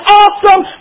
awesome